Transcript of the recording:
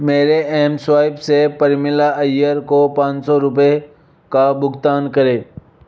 मेरे M swipe से प्रमिला अय्यर को पाँच सौ रुपये का भुगतान करें